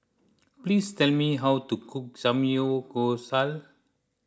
please tell me how to cook Samgeyopsal